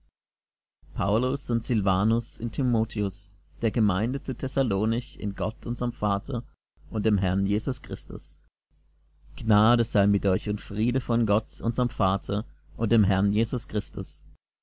paulus und silvanus und timotheus der gemeinde zu thessalonich in gott dem vater und dem herrn jesus christus gnade sei mit euch und friede von gott unserm vater und dem herrn jesus christus